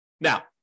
now